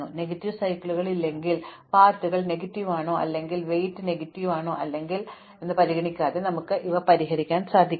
negative സൈക്കിളുകൾ ഇല്ലെങ്കിൽ പാതകൾ നെഗറ്റീവ് ആണോ അല്ലെങ്കിൽ ഭാരം നെഗറ്റീവ് ആണോ അല്ലയോ എന്നത് പരിഗണിക്കാതെ ഞങ്ങൾ ഇവ പരിഹരിക്കും